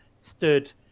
stood